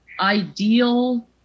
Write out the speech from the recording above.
ideal